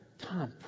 Tom